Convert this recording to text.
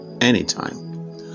anytime